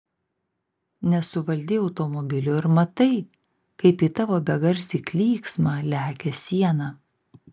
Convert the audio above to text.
nesuvaldei automobilio ir matai kaip į tavo begarsį klyksmą lekia siena